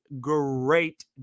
great